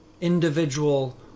individual